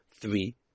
Three